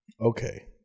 Okay